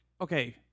okay